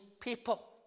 people